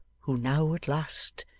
who now, at last,